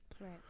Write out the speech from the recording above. Right